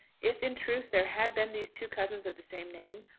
if in truth there had been these two cousins of the same name,